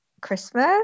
Christmas